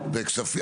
וכספים.